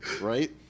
right